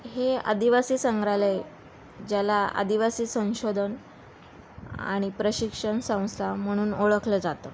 हे आदिवासी संग्रहालय ज्याला आदिवासी संशोधन आणि प्रशिक्षण संस्था म्हणून ओळखलं जातं